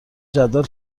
جدول